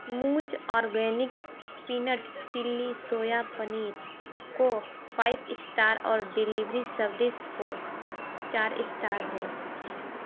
मूज organic peanut chilli soya paneer को five star और डिलीवरी सवृस को चार स्टार दें